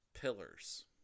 pillars